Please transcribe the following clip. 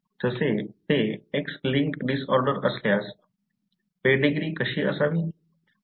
जसे ते X linked disorder असल्यास पेडीग्री कशी असावी